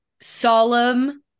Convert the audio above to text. solemn